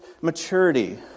maturity